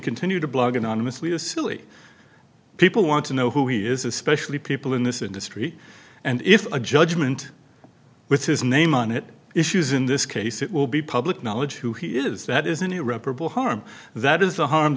continue to blog anonymously a silly people want to know who he is especially people in this industry and if a judgment with his name on it issues in this case it will be public knowledge of who he is that is an irreparable harm that is the harm